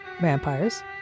Vampires